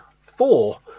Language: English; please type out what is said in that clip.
Four